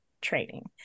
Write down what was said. training